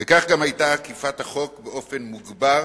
וכך גם היתה אכיפת החוק באופן מוגבר